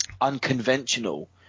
unconventional